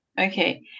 Okay